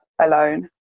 alone